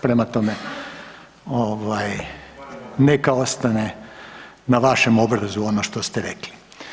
Prema tome ovaj neka ostane na vašem obrazu ono što ste rekli.